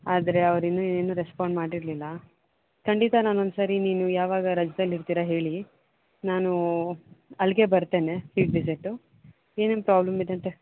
ಆದರೆ ಅವ್ರು ಇನ್ನೂ ಏನೂ ರೆಸ್ಪಾಂಡ್ ಮಾಡಿರಲಿಲ್ಲ ಖಂಡಿತ ನಾನು ಒಂದು ಸಾರಿ ನೀನು ಯಾವಾಗ ರಜ್ದಲ್ಲಿ ಇರ್ತೀರ ಹೇಳಿ ನಾನೂ ಅಲ್ಲಿಗೆ ಬರ್ತೇನೆ ಫೀಲ್ಡ್ ವಿಸಿಟ್ಟು ಏನೇನು ಪ್ರಾಬ್ಲಮ್ ಇದೆ ಅಂತ